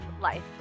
life